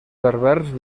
berbers